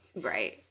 Right